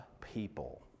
people